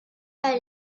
elle